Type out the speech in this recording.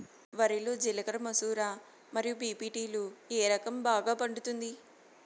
వరి లో జిలకర మసూర మరియు బీ.పీ.టీ లు ఏ రకం బాగా పండుతుంది